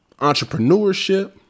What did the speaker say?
entrepreneurship